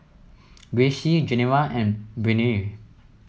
Gracie Geneva and Brittnie